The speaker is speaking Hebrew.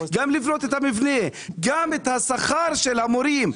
גם לבנות את המבנה, גם את השכר של המורים.